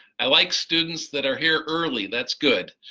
i like students that are here early, that's good.